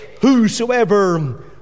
whosoever